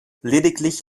lediglich